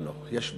לא לא, יש ברירה,